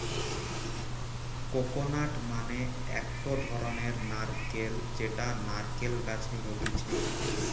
coconut মানে একটো ধরণের নারকেল যেটা নারকেল গাছে হতিছে